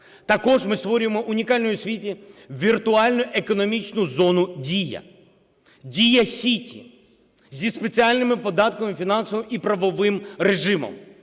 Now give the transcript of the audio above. Також ми створюємо унікальну у світу віртуальну економічну зону "Дія.Сіті" зі спеціальними податками, фінансовим і правовим режимом.